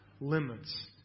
limits